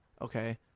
okay